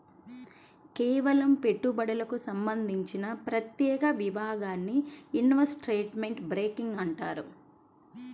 కేవలం పెట్టుబడులకు సంబంధించిన ప్రత్యేక విభాగాన్ని ఇన్వెస్ట్మెంట్ బ్యేంకింగ్ అంటారు